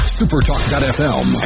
supertalk.fm